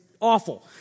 awful